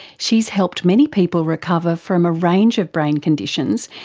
she's helped many people recover from a range of brain conditions,